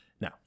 Now